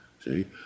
See